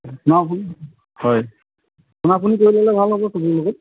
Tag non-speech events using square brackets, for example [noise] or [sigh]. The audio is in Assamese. [unintelligible] হয় ফোনা ফোনি কৰি ল'লে ভাল হ'ব সবৰে লগত